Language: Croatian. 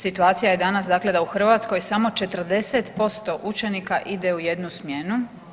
Situacija je danas dakle da u Hrvatskoj samo 40% učenika ide u jednu smjenu.